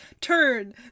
Turn